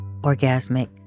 orgasmic